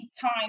time